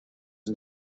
and